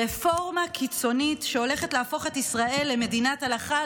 רפורמה קיצונית שהולכת להפוך את ישראל למדינת הלכה,